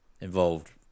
involved